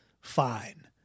fine